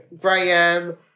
graham